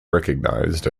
recognized